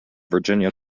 virginia